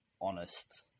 honest